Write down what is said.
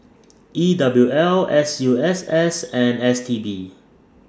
E W L S U S S and S T B